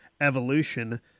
Evolution